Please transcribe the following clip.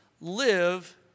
live